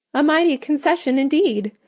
a mighty concession indeed!